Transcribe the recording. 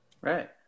Right